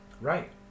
Right